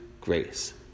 grace